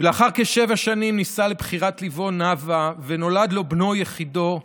ולאחר כשבע שנים נישא לבחירת ליבו נאוה ונולד לו בנו יחידו עמית.